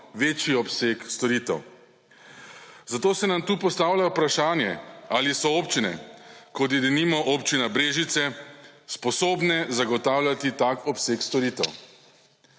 večji obseg storitev, zato se nam tukaj postavlja vprašanje ali so občine kot je denimo Občina Brežice sposobne zagotavljati tak obseg storitev,